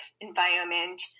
environment